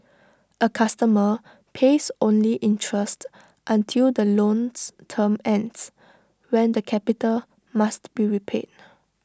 A customer pays only interest until the loan's term ends when the capital must be repaid